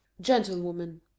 Gentlewoman